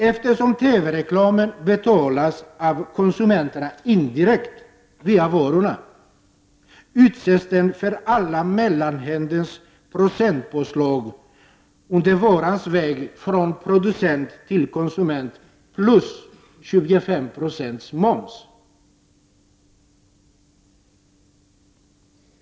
Eftersom TV-reklamen betalas av konsumenterna indirekt via varorna, utsätts den för alla mellanhänders procentpåslag under varans väg från producent till konsument, plus 25 26 moms.